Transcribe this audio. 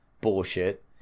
Bullshit